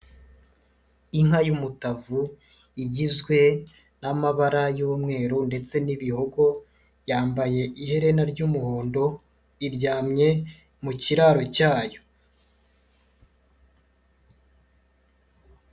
Inka y'umutavu igizwe n'amabara y'umweru ndetse n'ibihogo, yambaye ihena ry'umuhondo, iryamye mu kiraro cyayo.